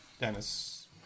Dennis